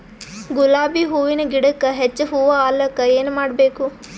ಗುಲಾಬಿ ಹೂವಿನ ಗಿಡಕ್ಕ ಹೆಚ್ಚ ಹೂವಾ ಆಲಕ ಏನ ಮಾಡಬೇಕು?